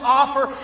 offer